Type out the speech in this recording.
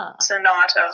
sonata